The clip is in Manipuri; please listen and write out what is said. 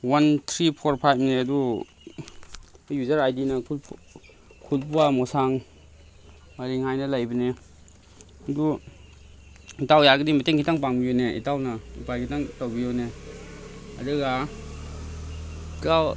ꯋꯥꯟ ꯊ꯭ꯔꯤ ꯐꯣꯔ ꯐꯥꯏꯚꯅꯤ ꯑꯗꯨ ꯌꯨꯖꯔ ꯑꯥꯏ ꯗꯤꯅ ꯈꯨꯠꯕ꯭ꯋꯥ ꯃꯣꯁꯥꯡ ꯃꯔꯤꯡ ꯍꯥꯏꯅ ꯂꯩꯕꯅꯦ ꯑꯗꯨ ꯏꯇꯥꯎ ꯌꯥꯔꯒꯗꯤ ꯃꯇꯦꯡ ꯈꯤꯇꯪ ꯄꯥꯡꯕꯤꯌꯣꯅꯦ ꯏꯇꯥꯎꯅ ꯎꯄꯥꯏ ꯈꯤꯇꯪ ꯇꯧꯕꯤꯌꯨꯅꯦ ꯑꯗꯨꯒ ꯏꯇꯥꯎ